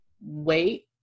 wait